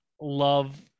love